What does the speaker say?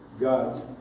God